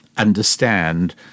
understand